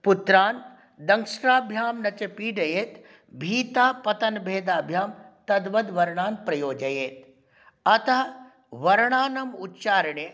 पुत्रान् दंष्ट्राभ्यां न च पीडयेत् भीता पतनभेदाभ्यां तद्वद्वर्णान् प्रयोजयेत् अतः वर्णानाम् उच्चारणे